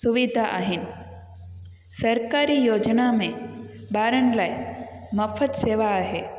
सुविधा आहिनि सरकारी योजना में ॿारनि लाइ मुफ़्त सेवा आहे